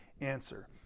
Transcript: answer